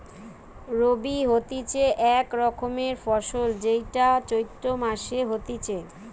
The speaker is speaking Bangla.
রবি হতিছে এক রকমের ফসল যেইটা চৈত্র মাসে হতিছে